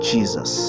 Jesus